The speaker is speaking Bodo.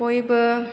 बयबो